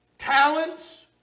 Talents